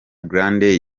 grande